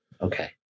okay